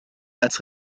als